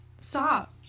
stop